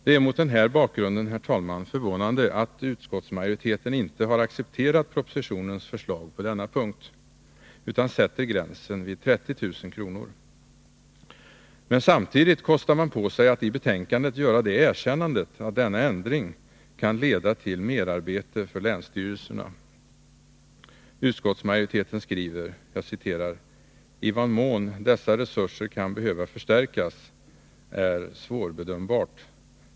Det är, herr talman, mot den här bakgrunden förvånande att utskottsmajoriteten inte har accepterat propositionens förslag på denna punkt, utan sätter gränsen vid 30000 kr. Men samtidigt kostar man på sig att i betänkandet göra det erkännandet att denna ändring kan leda till merarbete för länsstyrelserna. Utskottsmajoriteten skriver: ”I vad mån dessa resurser kan behöva förstärkas är enligt utskottets mening svårbedömbart.